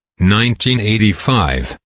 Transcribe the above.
1985